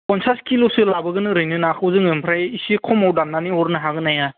पन्सास किल'सो लाबोगोन ओरैनो नाखौ जोङो ओमफ्राय इसे खमाव दाननानै हरनो हागोन ना हाया